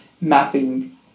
mapping